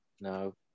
No